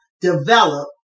develop